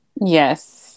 Yes